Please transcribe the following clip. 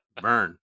burn